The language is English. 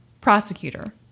prosecutor